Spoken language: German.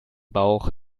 bauch